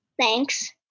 Thanks